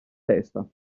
testa